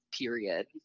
Period